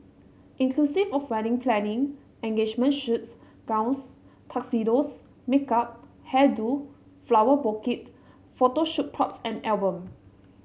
inclusive of wedding planning engagement shoots gowns tuxedos makeup hair do flower bouquet photo shoot props and album